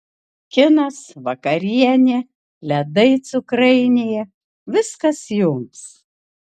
kinas vakarienė ledai cukrainėje viskas jums